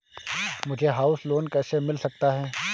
मुझे house loan कैसे मिल सकता है?